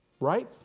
Right